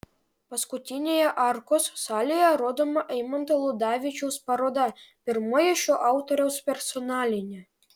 paskutinėje arkos salėje rodoma eimanto ludavičiaus paroda pirmoji šio autoriaus personalinė